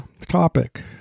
topic